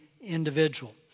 individual